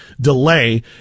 delay